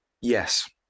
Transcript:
Yes